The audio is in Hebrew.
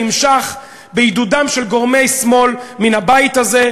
שנמשך בעידודם של גורמי שמאל מן הבית הזה,